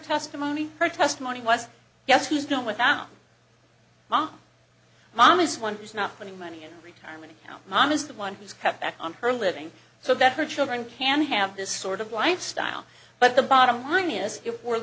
testimony her testimony was yes he's going without mom mom is one who's not putting money in a retirement account mom is the one who's cut back on her living so that her children can have this sort of lifestyle but the bottom line is if we're